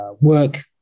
work